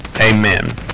Amen